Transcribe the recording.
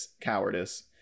cowardice